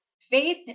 faith